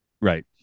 Right